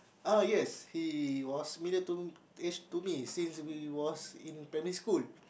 ah yes he was to eh to me since we was in primary school